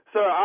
Sir